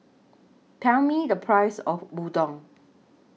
Tell Me The Price of Udon